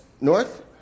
north